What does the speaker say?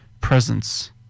Presence